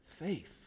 faith